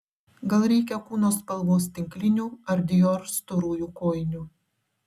gal reikia kūno spalvos tinklinių ar dior storųjų kojinių